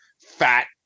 Fat